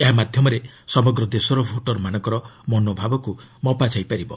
ଏହା ମାଧ୍ୟମରେ ସମଗ୍ର ଦେଶର ଭୋଟର୍ମାନଙ୍କର ମନୋଭାବକୁ ମପାଯାଇପାରିବ